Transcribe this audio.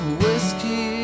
whiskey